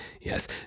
Yes